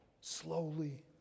Slowly